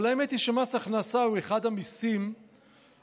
אבל האמת היא שמס הכנסה הוא אחד המיסים היותר-צודקים,